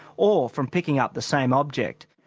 or from picking up the same object.